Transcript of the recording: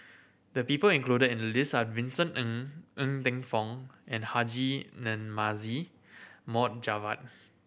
the people included in the list are Vincent Ng Ng Teng Fong and Haji Namazie Mohd Javad